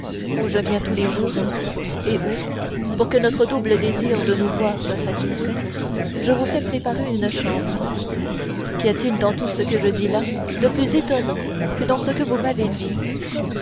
où je viens tous les jours et où pour que notre double désir de nous voir soit satisfait je vous fais préparer une chambre qu'y a-t-il dans tout ce que je dis là de plus étonnant que dans ce que vous m'avez dit